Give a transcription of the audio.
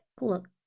look